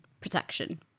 protection